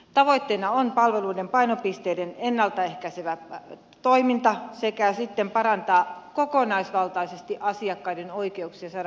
tavoitteena on palveluiden painopisteiden ennalta ehkäisevä toiminta sekä se että parannetaan kokonaisvaltaisesti asiakkaiden oikeuksia saada palveluja